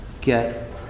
get